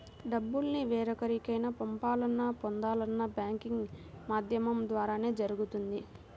డబ్బుల్ని వేరెవరికైనా పంపాలన్నా, పొందాలన్నా బ్యాంకింగ్ మాధ్యమం ద్వారానే జరుగుతుంది